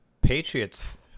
patriots